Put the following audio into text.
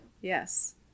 Yes